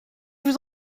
vous